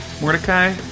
Mordecai